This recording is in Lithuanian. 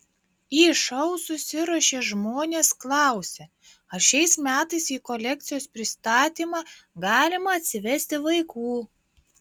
į šou susiruošę žmonės klausia ar šiais metais į kolekcijos pristatymą galima atsivesti vaikų